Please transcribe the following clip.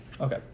Okay